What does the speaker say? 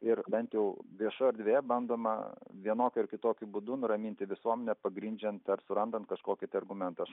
ir bent jau viešoje erdvėje bandoma vienokiu ar kitokiu būdu nuraminti visuomenę pagrindžiant ar surandant kažkokį tai argumentą